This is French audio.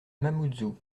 mamoudzou